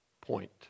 point